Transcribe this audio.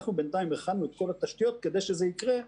אנחנו בינתיים הכנו את כל התשתיות כדי שזה יקרה,